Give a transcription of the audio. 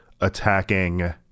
attacking